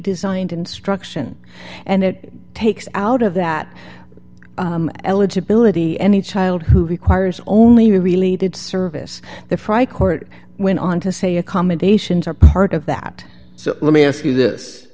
designed instruction and it takes out of that eligibility any child who requires only really did service the fry court went on to say accommodations are part of that so let me ask you this